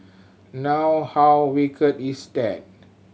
now how wicked is that